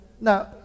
now